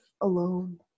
alone